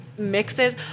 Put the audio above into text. Mixes